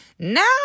Now